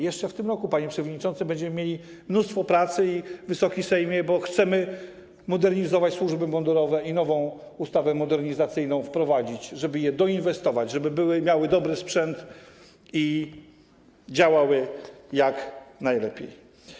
Jeszcze w tym roku, panie przewodniczący, będziemy mieli mnóstwo pracy, Wysoki Sejmie, bo chcemy modernizować służby mundurowe i wprowadzić nową ustawę modernizacyjną, żeby je doinwestować, żeby miały dobry sprzęt i działały jak najlepiej.